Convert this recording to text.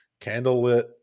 candlelit